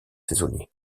saisonniers